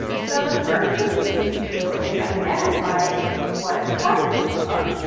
so the first thing we need to do is identify what sizes we are.